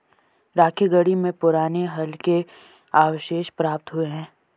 राखीगढ़ी में पुराने हल के अवशेष प्राप्त हुए हैं